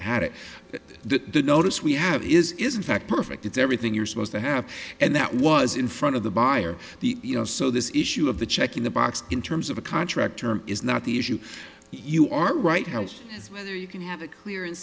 had it the notice we have is is in fact perfect it's everything you're supposed to have and that was in front of the buyer the you know so this issue of the check in the box in terms of a contract term is not the issue you are right house as you can have a clear